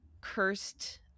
cursed